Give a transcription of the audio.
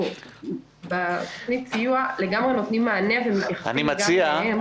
אנחנו בתוכנית הסיוע לגמרי נותנים מענה ומתייחסים גם אליהם.